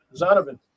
Zonovan